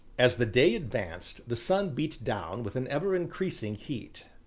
as the day advanced, the sun beat down with an ever-increasing heat,